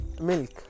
milk